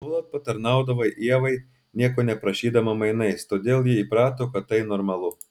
nuolat patarnaudavau ievai nieko neprašydama mainais todėl ji įprato kad tai normalu